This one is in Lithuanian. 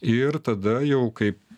ir tada jau kaip